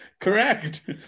correct